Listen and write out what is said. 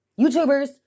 YouTubers